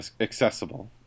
accessible